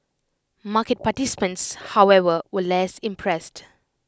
market participants however were less impressed